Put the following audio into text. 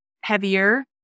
heavier